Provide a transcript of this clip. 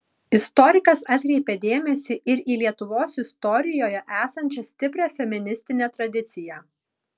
istorikas atkreipė dėmesį ir į lietuvos istorijoje esančią stiprią feministinę tradiciją